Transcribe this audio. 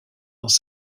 dans